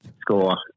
score